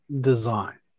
design